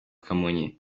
kamonyi